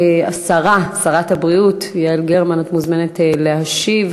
השרה, שרת הבריאות יעל גרמן, את מוזמנת להשיב.